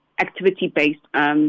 activity-based